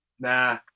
Nah